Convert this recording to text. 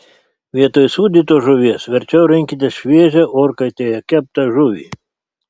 vietoj sūdytos žuvies verčiau rinkitės šviežią orkaitėje keptą žuvį